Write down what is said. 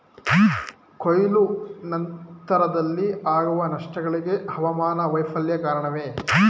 ಕೊಯ್ಲು ನಂತರದಲ್ಲಿ ಆಗುವ ನಷ್ಟಗಳಿಗೆ ಹವಾಮಾನ ವೈಫಲ್ಯ ಕಾರಣವೇ?